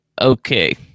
okay